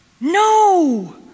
no